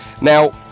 Now